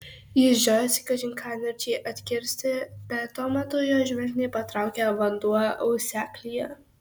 jis žiojosi kažin ką nirčiai atkirsti bet tuo metu jo žvilgsnį patraukė vanduo auseklyje